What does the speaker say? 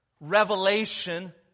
revelation